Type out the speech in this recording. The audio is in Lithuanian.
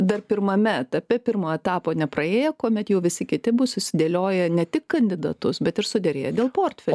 dar pirmame etape pirmo etapo nepraėję kuomet jau visi kiti bus susidėlioję ne tik kandidatus bet ir suderėję dėl portfelių